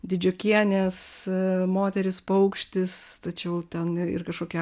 didžiokienės moteris paukštis tačiau ten ir kažkokia